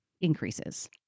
increases